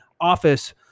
office